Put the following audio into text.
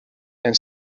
and